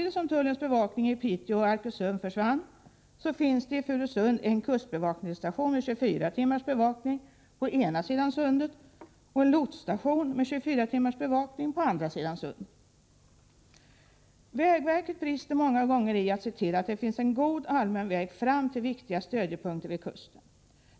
Tullens bevakning i Piteå och Arkösund försvann alltså, medan det i Furusund finns en kustbevakningsstation med 24 timmars bevakning på ena sidan av sundet och en lotsstation med 24 timmars bevakning på andra sidan. Vägverket brister många gånger när det gäller att se till att det finns en god allmän väg fram till viktiga stödjepunkter vid kusten.